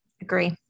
Agree